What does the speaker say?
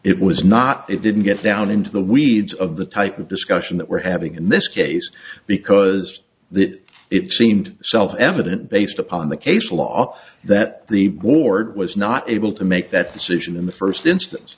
it was not it didn't get down into the weeds of the type of discussion that we're having in this case because it seemed self evident based upon the case law that the board was not able to make that decision in the first instance